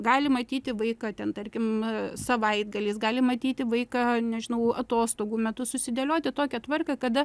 gali matyti vaiką ten tarkim savaitgaliais gali matyti vaiką nežinau atostogų metu susidėlioti tokią tvarką kada